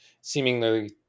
seemingly